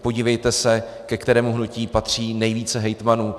Podívejte se, ke kterému hnutí patří nejvíce hejtmanů.